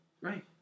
Right